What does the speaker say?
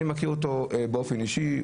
אני מכיר אותו באופן אישי,